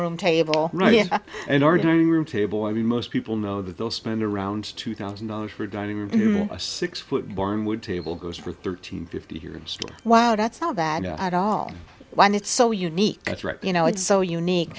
room table an ordinary room table i mean most people know that they'll spend around two thousand dollars for a dining room a six foot bar and wood table goes for thirteen fifty years wow that's not bad at all why it's so unique you know it's so unique